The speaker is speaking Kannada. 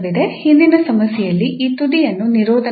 ಹಿಂದಿನ ಸಮಸ್ಯೆಯಲ್ಲಿ ಈ ತುದಿಯನ್ನು ನಿರೋಧನದಲ್ಲಿ ಇರಿಸಲಾಗಿತ್ತು